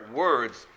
words